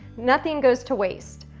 nothing goes to waste.